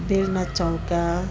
बेल्ना चौका